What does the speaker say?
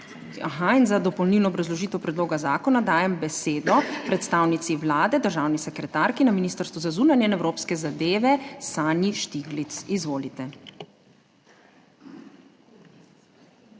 Vlada. Za dopolnilno obrazložitev predloga zakona dajem besedo predstavnici Vlade, državni sekretarki na Ministrstvu za zunanje in evropske zadeve Sanji Štiglic. Izvolite.